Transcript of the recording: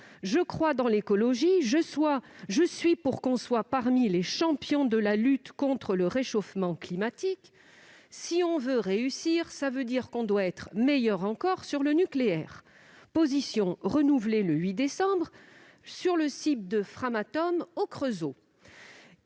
Je crois dans l'écologie, je suis pour qu'on soit parmi les champions de la lutte contre le réchauffement climatique. Si on veut réussir, ça veut dire qu'on doit être meilleur encore sur le nucléaire. » Une position réaffirmée le 8 décembre sur le site de Framatome au Creusot.